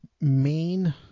main